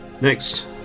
next